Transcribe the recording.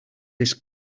this